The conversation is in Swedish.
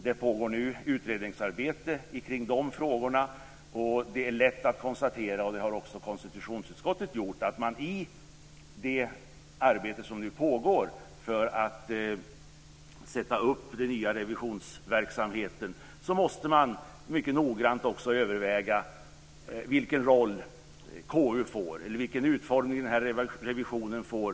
Det pågår nu utredningsarbete kring de frågorna, och det är lätt att konstatera - vilket också konstitutionsutskottet har gjort - att man i det arbete som nu pågår med att bygga upp den nya revisionsverksamheten mycket noggrant också måste överväga vilken roll KU får och vilken utformning revisionen får.